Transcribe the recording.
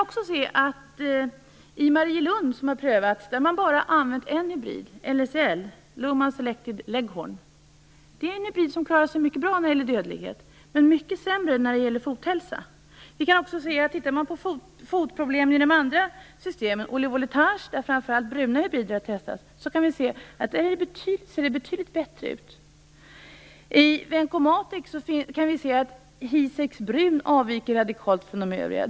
I Marielund har man använt bara en hybrid, Longman Selected Leghorn, LSL. Denna hybrid klarar sig mycket bra när det gäller dödlighet men mycket sämre vad avser fothälsa. Ser man på fotproblem i de andra systemen - som Oli-Voletage, där framför allt bruna hybrider har testats - finner man att det ser betydligt bättre ut. I Vencomatic-systemet kan vi se att Hissex brun avviker radikalt från de övriga.